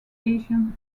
asian